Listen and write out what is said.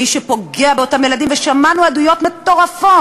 מי שפוגע באותם ילדים, ושמענו עדויות מטורפות